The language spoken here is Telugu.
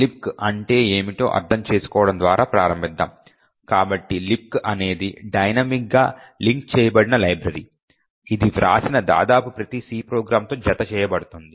లిబ్క్ అంటే ఏమిటో అర్థం చేసుకోవడం ద్వారా ప్రారంభిద్దాం కాబట్టి లిబ్క్ అనేది డైనమిక్గా లింక్ చేయబడిన లైబ్రరీ ఇది వ్రాసిన దాదాపు ప్రతి C ప్రోగ్రామ్తో జతచేయబడుతుంది